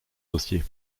dossier